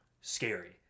scary